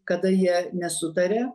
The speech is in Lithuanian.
kada jie nesutarė